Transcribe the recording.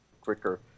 quicker